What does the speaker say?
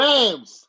Rams